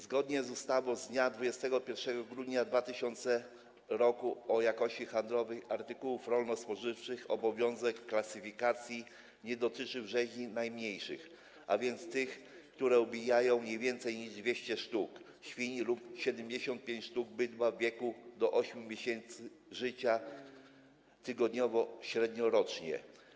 Zgodnie z ustawą z dnia 21 grudnia 2000 r. o jakości handlowej artykułów rolno-spożywczych obowiązek klasyfikacji nie dotyczy rzeźni najmniejszych, a więc tych, które ubijają nie więcej niż 200 sztuk świń lub 75 sztuk bydła w wieku od 8. miesiąca życia tygodniowo średniorocznie.